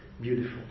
beautiful